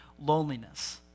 loneliness